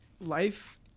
life